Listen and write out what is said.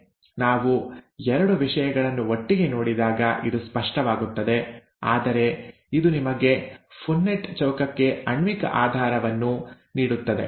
ನಾವು ಎರಡು ವಿಷಯಗಳನ್ನು ಒಟ್ಟಿಗೆ ನೋಡಿದಾಗ ಇದು ಸ್ಪಷ್ಟವಾಗುತ್ತದೆ ಆದರೆ ಇದು ನಿಮಗೆ ಪುನ್ನೆಟ್ಟ್ ಚೌಕಕ್ಕೆ ಆಣ್ವಿಕ ಆಧಾರವನ್ನು ನೀಡುತ್ತದೆ